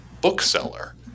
bookseller